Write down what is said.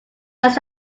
just